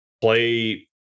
Play